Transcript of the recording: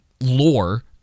lore